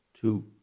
two